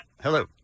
Hello